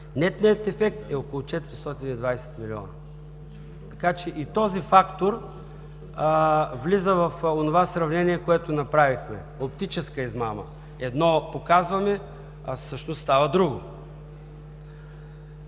Нетният ефект е около 420 милиона. Така че и този фактор влиза в онова сравнение, което направихме – оптическа измама. Едно показваме, а всъщност става друго.